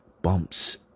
Bumps